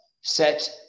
set